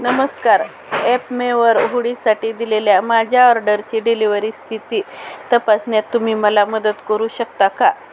नमस्कार ॲपमे वर हूडीसाठी दिलेल्या माझ्या ऑर्डरची डिलिव्हरी स्थिती तपासण्यात तुम्ही मला मदत करू शकता का